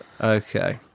Okay